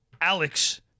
Alex